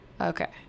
Okay